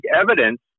evidence